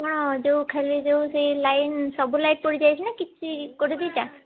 ହଁ ଯୋଉ ଖାଲି ଯୋଉ ସେ ଲାଇନ୍ ସବୁ ଲାଇଟ୍ ପୋଡ଼ିଯାଇଛି ନା କିଛି ଗୋଟେ ଦୁଇଟା